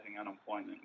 unemployment